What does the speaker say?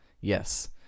Yes